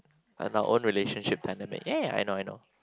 and our own relationship dynamic ya I know I know